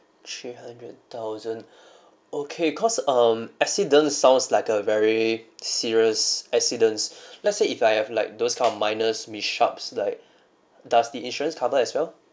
three hundred thousand okay cause um accident sounds like a very serious accidents let's say if I have like those kind of minors mishaps like does the insurance cover as well